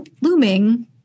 looming